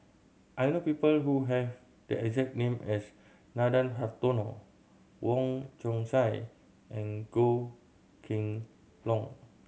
I know people who have the exact name as Nathan Hartono Wong Chong Sai and Goh Kheng Long